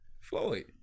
Floyd